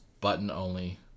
button-only